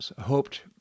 hoped